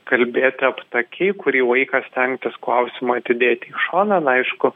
kalbėti aptakiai kurį laiką stengtis klausimą atidėti į šoną na aišku